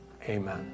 Amen